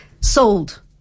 sold